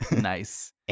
Nice